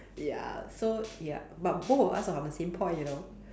ya so ya but both of us are on the same point you know